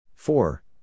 Four